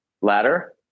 ladder